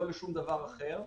לא לשום דבר אחר.